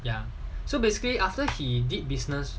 ya so basically after he did business